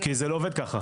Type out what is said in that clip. כי זה לא עובד ככה.